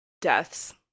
deaths